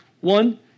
One